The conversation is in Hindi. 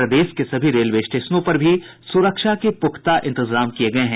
प्रदेश के सभी रेलवे स्टेशनों पर भी सुरक्षा के पुख्ता इंतजाम किये गये हैं